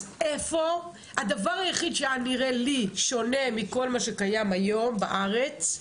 אז איפה הדבר היחיד שהיה נראה לי שונה מכל מה שקיים היום בארץ,